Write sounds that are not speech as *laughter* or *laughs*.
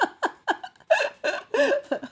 *laughs*